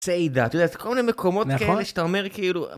צעידה, את יודעת, כל מיני מקומות כאלה שאתה אומר כאילו...